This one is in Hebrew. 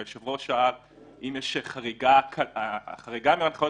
היושב-ראש שאל אם יש חריגה החריגה מהנחיות